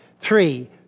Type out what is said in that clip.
Three